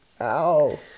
Ow